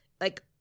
like-